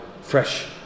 fresh